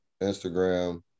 instagram